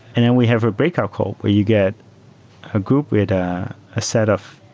and then we have are breakout call where you get a group with a set of